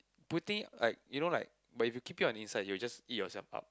putting like you know like but if you keep it on inside it will just eat yourself up